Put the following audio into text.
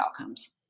outcomes